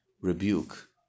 rebuke